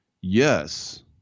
Yes